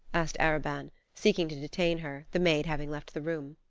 asked arobin, seeking to detain her, the maid having left the room.